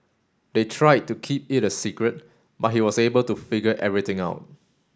they tried to keep it a secret but he was able to figure everything out